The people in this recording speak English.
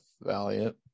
Valiant